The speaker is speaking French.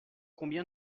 combien